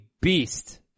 beast